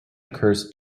occurs